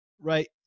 right